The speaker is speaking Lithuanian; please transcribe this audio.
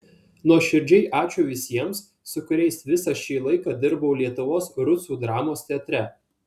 nuoširdžiai ačiū visiems su kuriais visą šį laiką dirbau lietuvos rusų dramos teatre